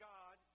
God